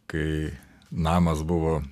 kai namas buvo